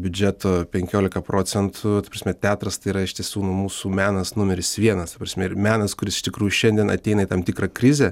biudžeto penkiolika procentų ta prasme teatras tai yra iš tiesų nu mūsų menas numeris vienas ta prasme ir menas kuris iš tikrųjų šiandien ateina į tam tikrą krizę